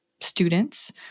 students